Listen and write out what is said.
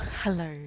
hello